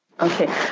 Okay